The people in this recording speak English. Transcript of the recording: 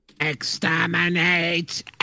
Exterminate